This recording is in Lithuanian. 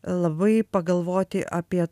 labai pagalvoti apie